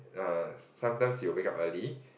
err sometimes he will wake up early